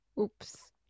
oops